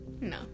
No